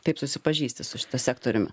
taip susipažįsti su šituo sektoriumi